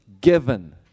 given